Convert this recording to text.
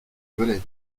velay